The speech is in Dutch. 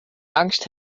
angst